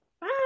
Bye